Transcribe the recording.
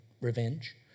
revenge